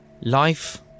life